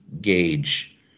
gauge